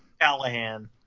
Callahan